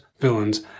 villains